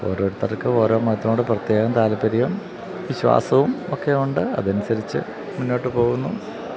ഓരോരുത്തർക്കും ഓരോ മതത്തിനോട് പ്രത്യേകം താല്പര്യവും വിശ്വാസവുമൊക്കെയുണ്ട് അതനുസരിച്ച് മുന്നോട്ട് പോകുന്നു